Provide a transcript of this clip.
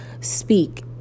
speak